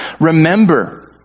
Remember